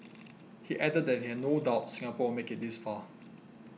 he added that he had no doubt Singapore make it this far